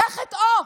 זה חטאו,